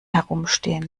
herumstehen